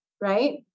right